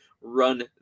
run